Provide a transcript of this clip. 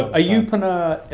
a youpreneur,